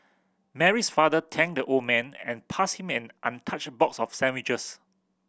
Mary's father thanked the old man and passed him an untouched box of sandwiches